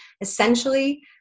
essentially